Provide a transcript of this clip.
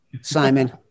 Simon